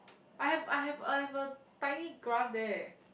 I have I have I have a tiny grass there